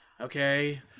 Okay